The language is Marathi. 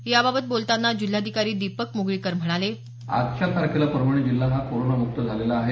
याबाबत बोलतांना जिल्हाधिकारी दीपक मुगळीकर म्हणाले आजच्या तारखेला परभणी जिल्हा हा पूर्णपणे कोरोना मुक्त झालेला आहे